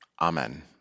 Amen